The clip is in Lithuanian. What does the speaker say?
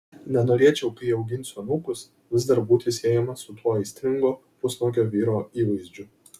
nenorėčiau kai auginsiu anūkus vis dar būti siejamas su tuo aistringo pusnuogio vyro įvaizdžiu